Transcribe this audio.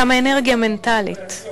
כמה אנרגיה מנטלית.